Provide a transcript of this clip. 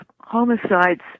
homicides